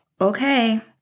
okay